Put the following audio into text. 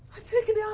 antigone, um